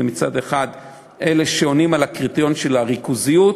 ומצד שני אלה שעונים על קריטריונים של ריכוזיות.